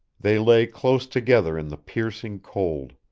they lay close together in the piercing cold.